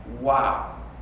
Wow